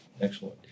Excellent